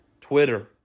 Twitter